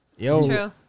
Yo